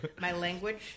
language